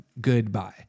goodbye